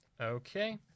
Okay